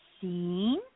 seen